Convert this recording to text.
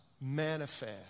manifest